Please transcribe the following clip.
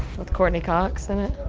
with courtney cox in it?